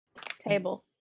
table